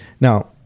Now